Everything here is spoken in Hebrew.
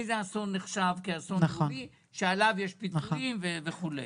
איזה אסון נחשב כאסון לאומי שעליו יש פיצויים וכולי.